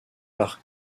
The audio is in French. par